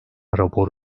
rapor